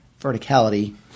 verticality